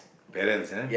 parents ah